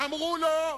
אמרו לו: